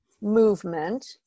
movement